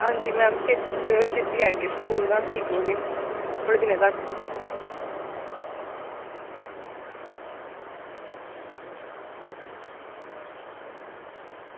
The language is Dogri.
हां जी छेती छेती आह्गे स्कूल मैम ठीक होगे थोह्ड़े दिनें तक